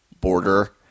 border